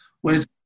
whereas